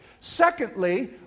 Secondly